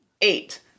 eight